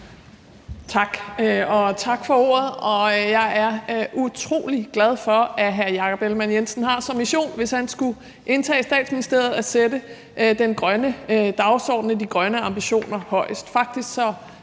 (RV): Tak for ordet. Jeg er utrolig glad for, at hr. Jakob Ellemann-Jensen har som mission, hvis han skulle indtage Statsministeriet, at sætte den grønne dagsorden og de grønne ambitioner højest.